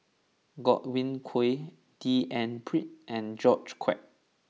Godwin Koay D N Pritt and George Quek